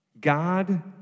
God